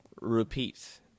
Repeat